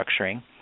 structuring